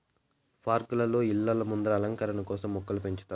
పార్కులలో, ఇళ్ళ ముందర అలంకరణ కోసం మొక్కలను పెంచుతారు